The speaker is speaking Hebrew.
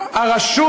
הרשות,